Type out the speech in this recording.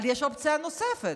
אבל יש אופציה נוספת: